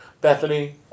Bethany